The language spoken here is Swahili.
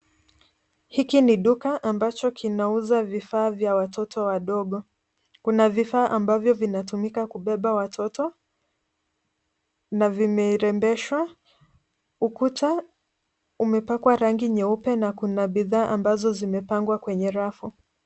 Hiki ni duka ambacho kinauza vifaa vya watoto wadogo. Kuna vifaa ambavyo vinatumika kubeba watoto, na vimerembeshwa. Ukuta umepakwa rangi nyeupe, na kuna bidhaa ambazo zimepangwa kwenye rafu.